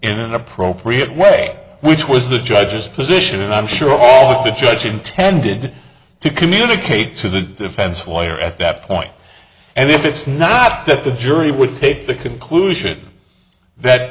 an appropriate way which was the judge's position and i'm sure all the judge intended to communicate to the defense lawyer at that point and if it's not that the jury would take the conclusion that